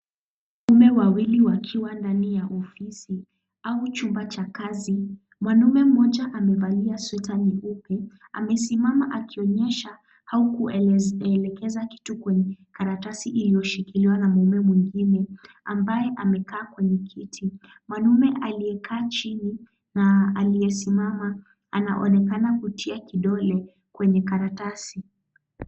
Wanaume wawili wakiwa ofisi au kazi, mwanaume mmoja amevalia sweta nyeupe, amesimama akionyesha au kuelekeza kitu kwenye karatasi iliyoshikiliwa na mwanaume mwingine ambaye amekaa kwenye kiti, mwanaume aliyevaa chini na aliyesimama anaonekana kutia kidole kwenye karatasi.